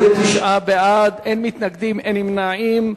29 בעד, אין מתנגדים, אין נמנעים.